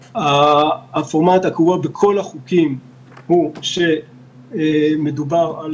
הפורמט הקבוע בכל החוקים הוא שמדובר על